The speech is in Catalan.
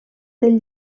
del